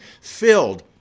filled